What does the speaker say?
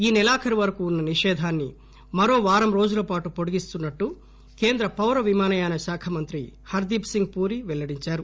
ఈసెలాఖరు వరకు ఉన్న నిషేధాన్ని మరో వారం రోజులపాటు వొడిగిస్తున్నట్టు కేంద్ర పౌరవిమానయాన శాఖ మంత్రి హర్దీప్సింగ్ పురీ వెల్లడించారు